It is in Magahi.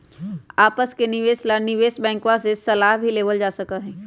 आपस के निवेश ला निवेश बैंकवा से सलाह भी लेवल जा सका हई